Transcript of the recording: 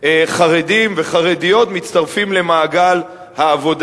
חרדים וחרדיות מצטרפים למעגל העבודה.